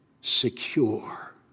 secure